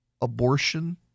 Abortion